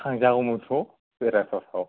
थांजागौमोन थ' बेरायथाव थाव